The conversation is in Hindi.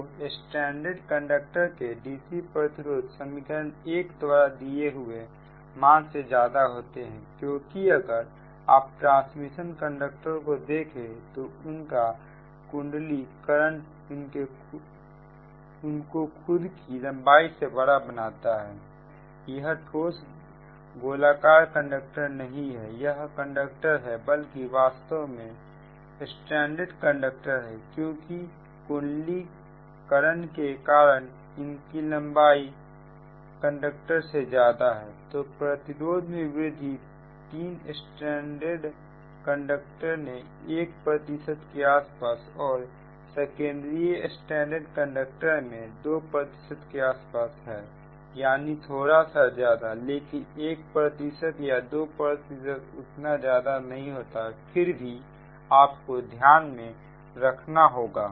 तो स्ट्रैंडर्ड कंडक्टर के dc प्रतिरोध समीकरण 1 के द्वारा दिए हुए मान से ज्यादा होते हैं क्योंकि अगर आप ट्रांसमिशन कंडक्टर को देख तो उनका कुंडली करण उनको खुद की लंबाई से बड़ा बनाता है यह ठोस गोलाकार कंडक्टर नहीं है यह कंडक्टर है बल्कि या वास्तव में स्ट्रैंडर्ड कंडक्टर है और क्योंकि कुंडली करण के कारण इनका लंबाई कंडक्टर से ज्यादा है तो प्रतिरोध में वृद्धि 3 स्ट्रैंडर्ड कंडक्टर ने 1 के आसपास और सकेंद्रीय स्ट्रैंडर्ड कंडक्टर मे 2 के आसपास है यानी थोड़ा सा ज्यादा लेकिन 1 या 2 उतना ज्यादा नहीं होता फिर भी आप को ध्यान में रखना होगा